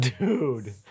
Dude